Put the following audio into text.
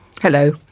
Hello